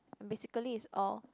basically it's all